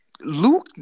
Luke